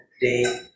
day